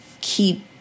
keep